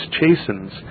chastens